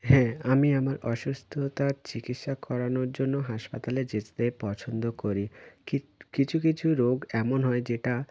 হ্যাঁ আমি আমার অসুস্থতার চিকিৎসা করানোর জন্য হাসপাতালে যেতে পছন্দ করি কিছু কিছু রোগ এমন হয় যেটা